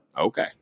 Okay